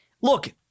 look